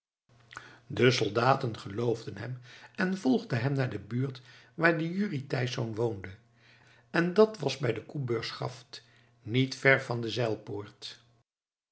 de soldaten geloofden hem en volgden hem naar de buurt waar die jurrie thysz woonde en dat was bij de coebrugsgraft niet ver van de